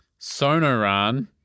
Sonoran